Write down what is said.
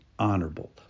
honorable